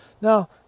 Now